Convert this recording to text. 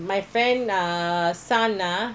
uh son ah